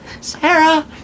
Sarah